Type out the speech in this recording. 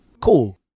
Cool